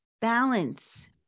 balance